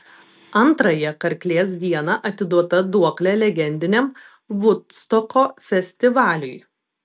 antrąją karklės dieną atiduota duoklė legendiniam vudstoko festivaliui